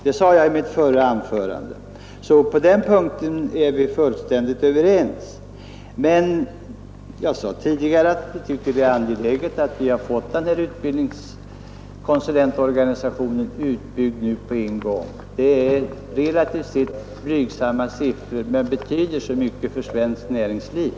Det sade jag i mitt förra anförande. På den punkten är vi fullständigt överens. Men jag sade tidigare att jag tycker att det är angeläget att vi får utbildningskonsulentorganisationen utbyggd nu på en gång. Det är relativt blygsamma siffror det rör sig om, men det betyder så mycket för svenskt näringsliv.